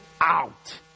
out